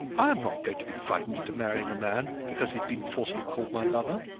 i am not going to be frightened into marrying a man, because he has been falsely called my lover.